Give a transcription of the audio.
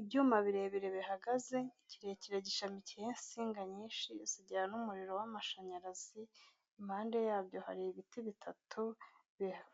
Ibyuma birebire bihagaze ikirekire gishamikiyeho insinga nyinshi zijyana umuriro w'amashanyarazi impande yabyo hari ibiti bitatu